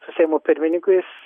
su seimo pirmininku jis